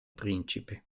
principe